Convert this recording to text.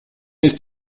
ist